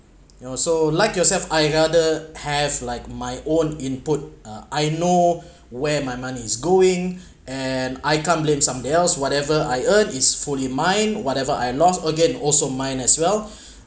ya so like yourself I rather have like my own input uh I know where my money's going and I can't blame some else whatever I earn is fully mine whatever I lost again also mine as well